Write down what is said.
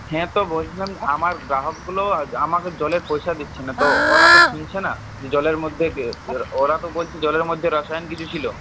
হ্যাঁ তো বলছিলাম আমার গ্রাহকগুলো আমাকে জলের পয়সা দিচ্ছে না তো ওরা তো শুনছে না জলের মধ্যে ওরা তো বলছে জলের মধ্যে রসায়ন কিছু ছিল